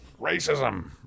Racism